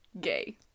Gay